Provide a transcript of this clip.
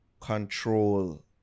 control